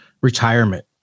retirement